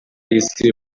isi